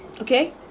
Okay